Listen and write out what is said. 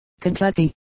Kentucky